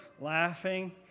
laughing